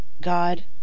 God